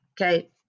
Okay